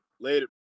later